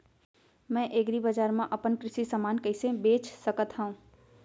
मैं एग्रीबजार मा अपन कृषि समान कइसे बेच सकत हव?